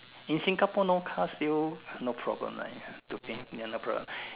in Singapore no car still no problem like ya to in ya no problem